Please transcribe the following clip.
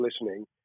listening